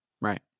right